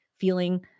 feeling